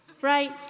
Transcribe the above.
right